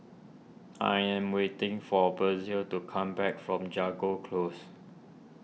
I am waiting for Bessie to come back from Jago Close